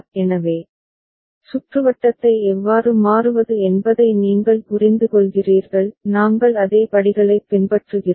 எனவே சுற்றுவட்டத்தை எவ்வாறு மாற்றுவது என்பதை நீங்கள் புரிந்துகொள்கிறீர்கள் நாங்கள் அதே படிகளைப் பின்பற்றுகிறோம்